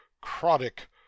chronic